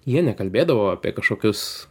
jie nekalbėdavo apie kažkokius